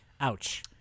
Ouch